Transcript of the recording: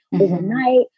overnight